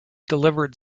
delivered